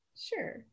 Sure